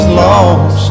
lost